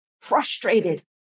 frustrated